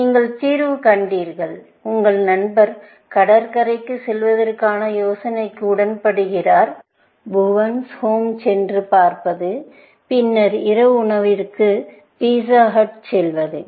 நீங்கள் தீர்வு கண்டீர்கள் உங்கள் நண்பர் கடற்கரைக்கு செல்வதற்கான யோசனைக்கு உடன்படுகிறார் பின்னர் புவனின் ஹோம்Bhuvan's Home சென்று பார்ப்பது பின்னர் இரவு உணவிற்கு பீஸ்ஸா ஹட் செல்வது